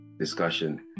discussion